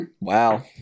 Wow